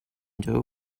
doe